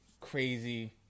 crazy